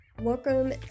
Welcome